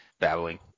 babbling